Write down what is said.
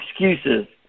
excuses